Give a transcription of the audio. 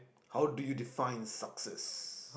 how do you define success